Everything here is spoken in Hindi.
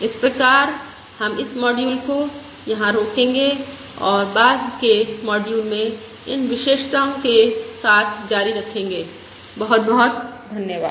इस प्रकार हम इस मॉड्यूल को यहाँ रोकेंगे और बाद के मॉड्यूल में अन्य विशेषताओं के साथ जारी रखेंगे बहुत बहुत धन्यवाद